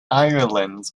ireland